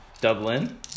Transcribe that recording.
Dublin